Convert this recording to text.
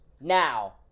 Now